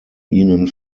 ihnen